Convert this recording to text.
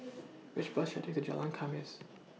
Which Bus should I Take to Jalan Khamis